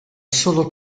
sono